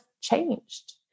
changed